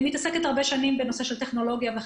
אני מתעסקת הרבה שנים בנושא של טכנולוגית וחברה.